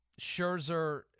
Scherzer